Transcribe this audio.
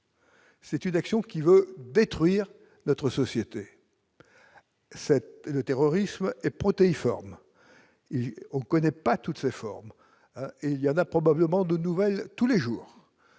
C'est une action qui veut détruire notre société cette le terrorisme est protéiforme, on connaît pas toutes ses formes et il y en a probablement de nouvelles tous les jours,